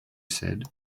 said